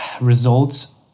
results